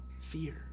fear